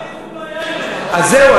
אין שום בעיה, אז זהו.